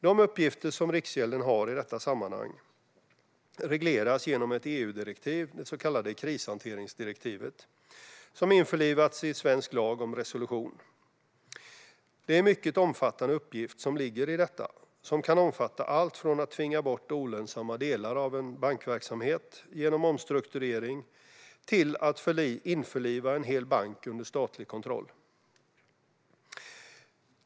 De uppgifter som Riksgälden har i detta sammanhang regleras genom ett EU-direktiv, det så kallade krishanteringsdirektivet, som har införlivats i en svensk lag om resolution. Det är en mycket omfattande uppgift som ligger i detta och som kan omfatta allt från att tvinga bort olönsamma delar av en bankverksamhet genom omstrukturering till att införliva en hel bank under statlig kontroll.